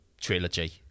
trilogy